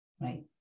right